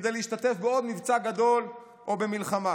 כדי להשתתף בעוד מבצע גדול או מלחמה.